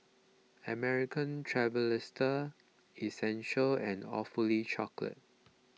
American Tourister Essential and Awfully Chocolate